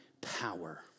power